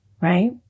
right